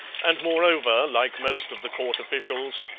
and moreover, like most of the court officials,